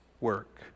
work